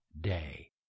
day